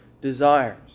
desires